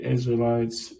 Israelites